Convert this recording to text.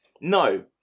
No